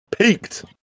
Peaked